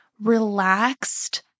relaxed